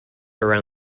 around